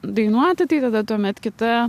dainuoti tai tada tuomet kita